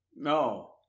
No